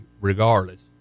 regardless